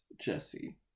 Jesse